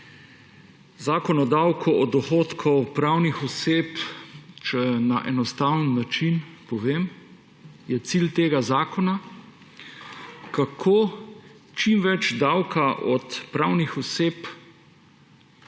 Zakon o davku od dohodkov pravnih oseb. Če na enostaven način povem, cilj tega zakona je, kako čim več davka od pravnih oseb